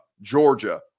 Georgia